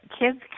kids